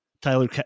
Tyler